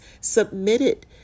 submitted